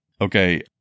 Okay